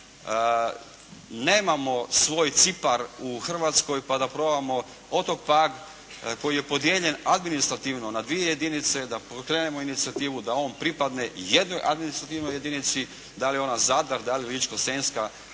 nemamo svoj Cipar u Hrvatskoj pa da probamo Otok Pag koji je podijeljen administrativno na dvije jedinice, da pokrenemo inicijativu da on pripadne jednoj administrativnoj jedinici. Da li je ona Zadar, da li je ona Ličko-senjska,